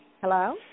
Hello